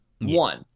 one